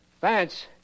Vance